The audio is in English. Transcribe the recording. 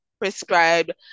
prescribed